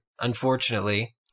unfortunately